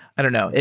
i don't know.